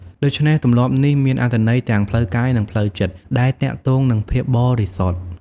ដូច្នេះ ទម្លាប់នេះមានអត្ថន័យទាំងផ្លូវកាយនិងផ្លូវចិត្ត ដែលទាក់ទងនឹងភាពបរិសុទ្ធ។